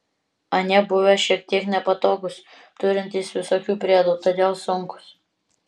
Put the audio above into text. anie buvę šiek tiek nepatogūs turintys visokių priedų todėl sunkūs